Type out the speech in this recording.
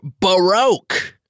Baroque